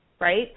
right